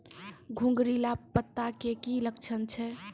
घुंगरीला पत्ता के की लक्छण छै?